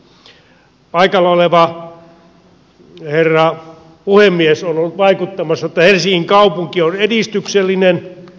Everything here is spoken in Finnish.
paikalla oleva herra puhemies on ollut vaikuttamassa että helsingin kaupunki on edistyksellinen